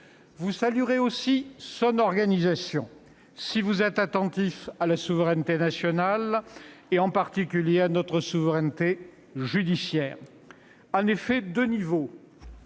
Vous saluerez son organisation si vous êtes attentif à la souveraineté nationale, en particulier à notre souveraineté judiciaire. Il comportera deux niveaux